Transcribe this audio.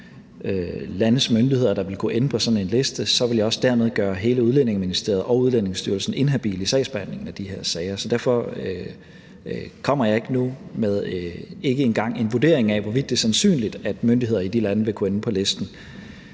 landes myndigheder der vil kunne ende på sådan en liste, vil jeg dermed også gøre hele Udlændingeministeriet og Udlændingestyrelsen inhabile i sagsbehandlingen af de her sager. Så derfor kommer jeg ikke engang med en vurdering af, hvorvidt det er sandsynligt, at myndigheder i de lande vil kunne ende på listen.